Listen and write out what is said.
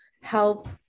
help